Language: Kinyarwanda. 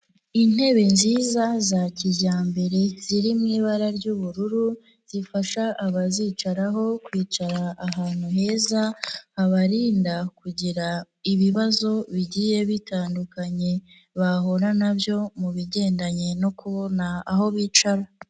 Intebe nziza za kijyambere ziri mu ibara ry'ubururu, zifasha abazicaraho kwicara ahantu heza, habarinda kugira ibibazo bigiye bitandukanye bahura na byo mu bigendanye no kubona aho bicara.